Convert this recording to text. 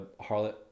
harlot –